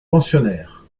pensionnaires